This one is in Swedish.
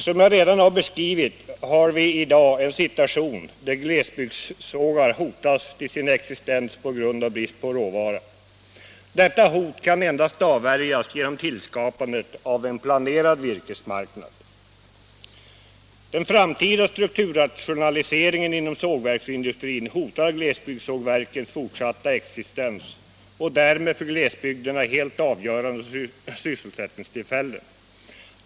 Som jag redan har beskrivit har vi i dag en situation där glesbygdssågar hotas till sin existens på grund av brist på råvara. Detta hot kan endast avvärjas genom tillskapandet av en planerad virkesmarknad. Den framtida strukturrationaliseringen inom sågverksindustrin hotar glesbygdssågverkens fortsatta existens och därmed för glesbygderna helt avgörande sysselsättningstillfällen.